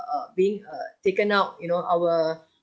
being err taken out you know our